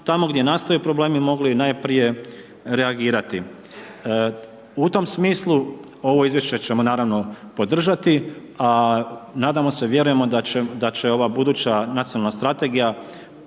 tamo gdje nastaju problemi mogli i najprije reagirati. U tom smislu ovo izvješće ćemo naravno podržati, a nadamo se vjerujemo da će, da će ova buduća nacionalna strategija